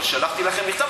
אבל שלחתי לכם מכתב.